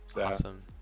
awesome